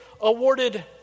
awarded